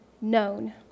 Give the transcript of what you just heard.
known